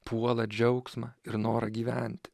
puola džiaugsmą ir norą gyventi